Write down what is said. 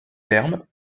terme